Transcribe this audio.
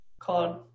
called